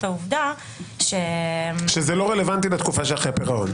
העובדה --- שזה לא רלוונטי לתקופה שאחרי הפירעון.